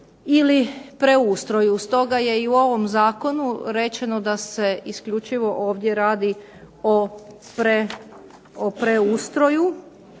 ili preustroju, stoga je i u ovom zakonu rečeno da se isključivo ovdje radi o preustroju